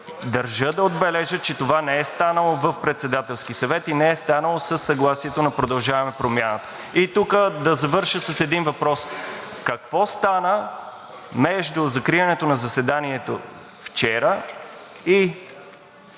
Държа да отбележа, че това не е станало на Председателския съвет и не е станало със съгласието на „Продължаваме Промяната“. И да завърша с един въпрос: какво стана между закриването на заседанието вчера и